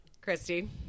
Christy